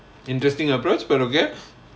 interesting approach but okay